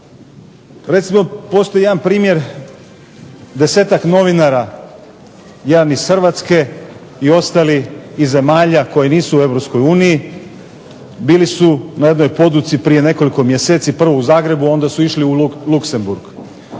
Recimo postoji jedan primjer desetak novinara, jedan iz Hrvatske i ostali iz zemalja koji nisu u Europskoj uniji, bili su na jednoj poduci prije nekoliko mjeseci prvo u Zagrebu, onda su išli u Luksemburg.